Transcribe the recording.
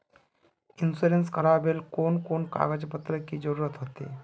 Insurance करावेल कोन कोन कागज पत्र की जरूरत होते?